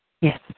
Yes